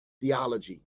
theology